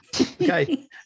Okay